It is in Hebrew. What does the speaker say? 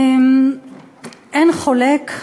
אין חולק,